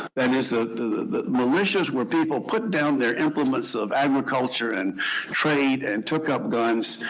that is, the militias, where people put down their implements of agriculture, and trade, and took up guns.